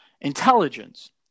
intelligence